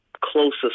closest